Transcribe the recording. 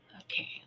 okay